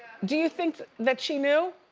do you think that she knew?